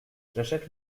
j’achète